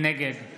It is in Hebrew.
נגד